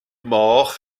moch